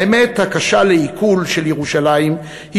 האמת הקשה לעיכול של ירושלים היא,